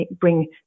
bring